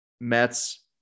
Mets